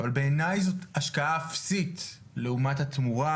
אבל בעיניי זאת השקעה אפסית לעומת התמורה,